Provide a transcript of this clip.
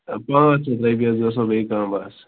ہَے پانٛژھ ہَتھ رۄپیہِ حظ گژھنو بیٚیہِ کَم بَس